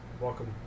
Welcome